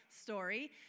story